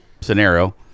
scenario